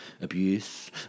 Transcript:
abuse